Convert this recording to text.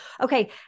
okay